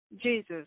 Jesus